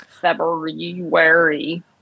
February